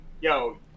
yo